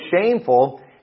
shameful